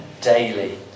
daily